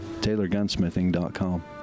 TaylorGunsmithing.com